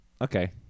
Okay